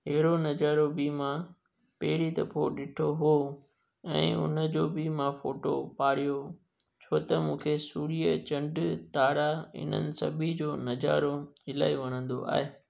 अहिड़ो नज़ारो बि मां पहिरीं दफ़ो ॾिठो हो ऐं उन जो बि मां फोटो पाढ़ियो छो त मूंखे सूर्य चंडु तारा इन्हनि सभ जो नज़ारो इलाही वणंदो आहे